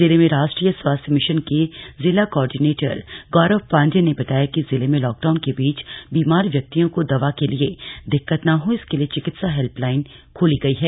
जिले में राष्ट्रीय स्वास्थ्य मिशन के जिला कोर्डिनेटर गौरव पाण्डेय ने बताया कि जिले में लॉकडाउन के बीच बीमार व्यक्तियों को दवा के लिए दिक्कत न हो इसके लिए चिकित्सा हेल्पलाइन खोली गई है